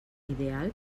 ideal